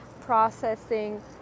processing